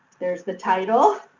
there's the title.